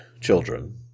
children